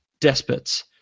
despots